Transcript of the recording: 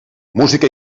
música